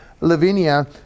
Lavinia